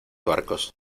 barcos